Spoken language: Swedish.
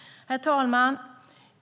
Herr talman!